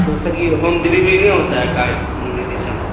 تو سر یہ home delivery نہیں ہوتا ہے کیا میڈیسن